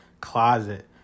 closet